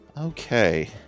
Okay